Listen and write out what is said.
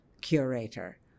curator